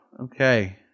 Okay